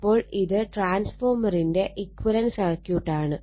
അപ്പോൾ ഇത് ട്രാൻസ്ഫോർമറിന്റെ ഇക്വലന്റ് സർക്യൂട്ടാണ്